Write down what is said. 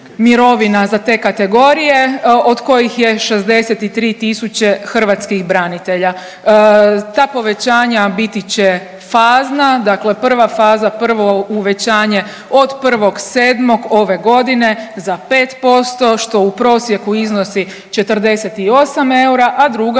mirovina za te kategorije od kojih je 63000 hrvatskih branitelja. Ta povećanja biti će fazna, dakle prva faza, prvo uvećanje od 1.7. ove godine za 5% što u prosjeku iznosi 48 eura, a druga,